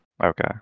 Okay